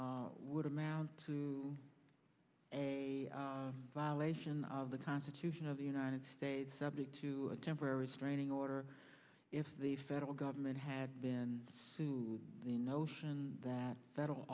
it would amount to a violation of the constitution of the united states subject to a temporary restraining order if the federal government had been sued the notion that federal